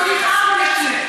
לא צריך ארבע נשים,